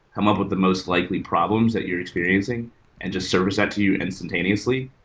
come up with the most likely problems that you're experiencing and just service that to you instantaneously.